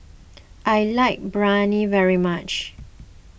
I like Biryani very much